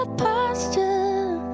posture